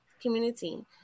community